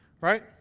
right